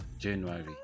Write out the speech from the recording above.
january